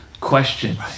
questions